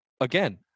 again